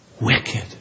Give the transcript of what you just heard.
wicked